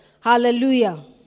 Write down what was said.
Hallelujah